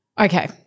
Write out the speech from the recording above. Okay